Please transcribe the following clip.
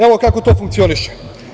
Evo, kako to funkcioniše.